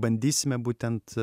bandysime būtent